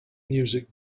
music